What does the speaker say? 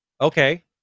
okay